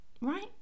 right